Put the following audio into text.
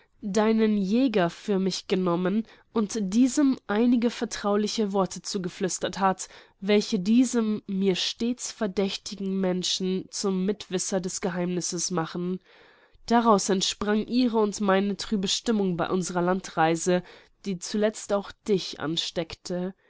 deinen jäger für mich genommen und diesem einige vertrauliche worte zugeflüstert hat welche diesen mir stets verdächtigen menschen zum mitwisser des geheimnisses machen daraus entsprang ihre und meine trübe stimmung bei unserer landreise die zuletzt auch dich ansteckte